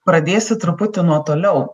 pradėsiu truputį nuo toliau